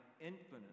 infinite